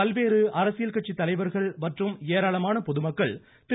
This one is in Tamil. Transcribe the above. பல்வேறு அரசியல் கட்சி தலைவர்கள் மற்றும் ஏராளமான பொதுமக்கள் திரு